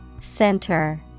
Center